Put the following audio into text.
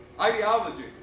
ideology